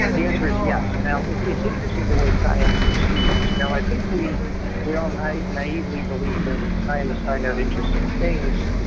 ah the answer is yes. now, it's it's interesting, the way science perceives. you know i think we we all naively believe that, when scientists find out interesting things,